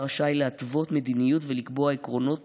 שהשר רשאי להתוות מדיניות ולקבוע עקרונות